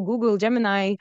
google gemini